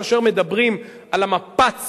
כאשר מדברים על המפץ